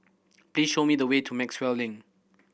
please show me the way to Maxwell Link